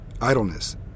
Idleness